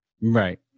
right